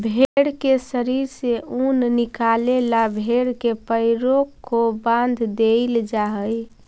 भेंड़ के शरीर से ऊन निकाले ला भेड़ के पैरों को बाँध देईल जा हई